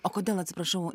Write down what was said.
o kodėl atsiprašau